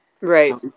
Right